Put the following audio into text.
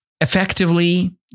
effectively